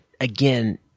again